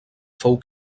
fou